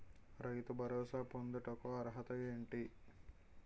రైతు భరోసా పొందుటకు అర్హత ఏంటి?